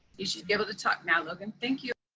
you should be able to talk now, logan. thank you.